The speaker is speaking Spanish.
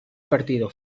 partido